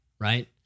right